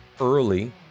early